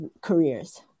careers